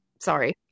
Sorry